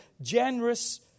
generous